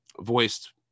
voiced